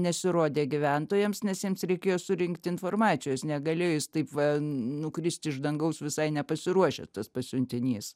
nesirodė gyventojams nes jiems reikėjo surinkti informacijos negalėjo jis taip va nukristi iš dangaus visai nepasiruošęs tas pasiuntinys